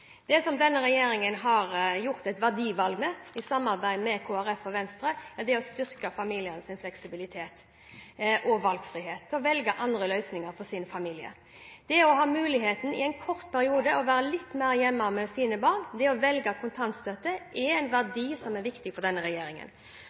Det verdivalg denne regjeringen har gjort – i samarbeid med Kristelig Folkeparti og Venstre – er å styrke familiens fleksibilitet og frihet til å velge andre løsninger. Å ha muligheten til i en kort periode å være litt mer hjemme med sine barn – og velge kontantstøtte – er en